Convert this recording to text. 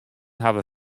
hawwe